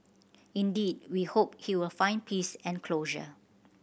indeed we hope he will find peace and closure